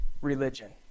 religion